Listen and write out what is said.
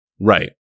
Right